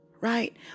right